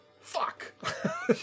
fuck